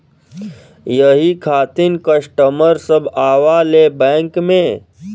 यही खातिन कस्टमर सब आवा ले बैंक मे?